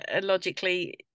logically